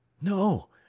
No